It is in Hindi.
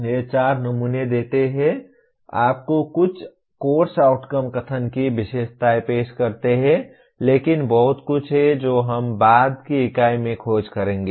ये चार नमूने देते हैं आपको कुछ कोर्स आउटकम कथन की विशेषताएं पेश करते हैं लेकिन बहुत कुछ है जो हम बाद की इकाई में खोज करेंगे